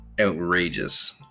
outrageous